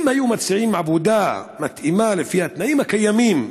היו מציעים עבודה מתאימה, לפי התנאים הקיימים,